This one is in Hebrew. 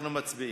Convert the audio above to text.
אנחנו מצביעים.